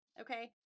okay